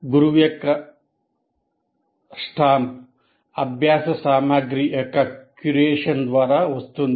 గురువు యొక్క గుర్తింపు స్టాంప్ ద్వారా వస్తుంది